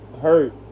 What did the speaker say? hurt